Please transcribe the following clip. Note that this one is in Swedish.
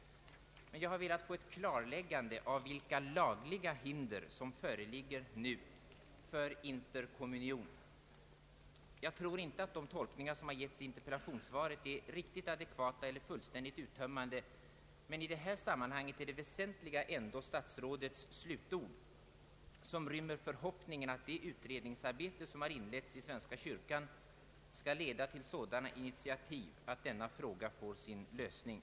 Jag har velat få ett klargörande av vilka lagliga hinder som nu föreligger för interkommunion. Jag tror inte att de tolkningar som ges i interpellationssvaret är riktigt adekvata eller fullständigt uttömmande. I detta sammanhang är det väsentliga ändå statsrådets slutord, som rymmer förhoppningen att det utredningsarbete som inletts i svenska kyrkan skall leda till sådana intitiativ, att detta problem får sin lösning.